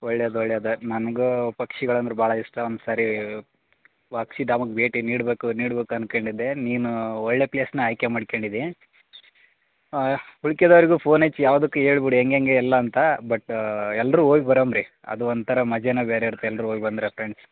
ಒಳ್ಳೆಯದ್ ಒಳ್ಳೆಯದ್ ನನಗೂ ಪಕ್ಷಿಗಳು ಅಂದ್ರ ಭಾಳ ಇಷ್ಟ ಒಂದ್ಸರೀ ಪಕ್ಷಿಧಾಮಕ್ಕೆ ಭೇಟಿ ನೀಡಬೇಕು ನೀಡಬೇಕು ಅನ್ಕೊಂಡಿದ್ದೆ ನೀನು ಒಳ್ಳೆಯ ಪ್ಲೇಸ್ನೆ ಆಯ್ಕೆ ಮಾಡ್ಕ್ಯಂಡಿದ್ದಿ ಉಳ್ಕೆದವ್ರ್ಗು ಫೋನ್ ಹಚ್ಚಿ ಯಾವುದಕ್ಕೂ ಹೇಳ್ಬುಡ್ ಹೆಂಗೆಂಗೆ ಎಲ್ಲ ಅಂತ ಬಟ್ ಎಲ್ಲರೂ ಹೋಗ್ ಬರಮ್ರಿ ಅದು ಒಂಥರ ಮಜನ ಬೇರೆ ಇರತ್ತೆ ಎಲ್ಲರೂ ಹೋಗ್ ಬಂದರೆ ಫ್ರೆಂಡ್ಸ್